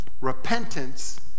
Repentance